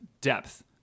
depth